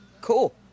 Cool